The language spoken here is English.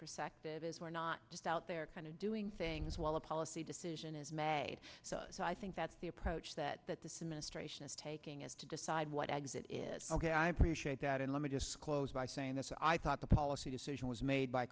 perspective is we're not just out there kind of doing things while a policy decision is made so i think that the approach that that this administration is taking is to decide what exit is ok i appreciate that and let me just close by saying this i thought the policy decision was made by